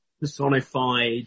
personified